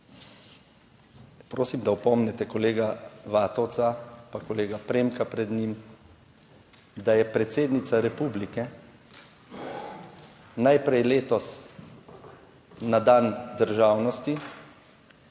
prosim, da opomnite kolega Vatovca, pa kolega Premka pred njim, da je predsednica republike najprej letos na dan državnosti